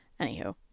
Anywho